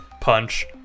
punch